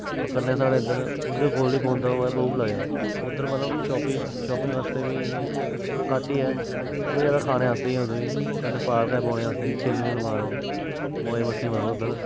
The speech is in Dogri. होर कन्नै स्हाड़े इद्धर उन्दे कोल गै पौन्दा ओह ऐ बहू प्लाज़ा उद्धर मतलब शापिंग शापिंग आस्तै बी ई घट्ट ई ऐ मतलब ज़ादै खाने आस्तै गै उद्धर बी कन्नै पार्क ऐ बौह्ने आस्तै चिल विल मारो मौज मस्ती मारो उद्धर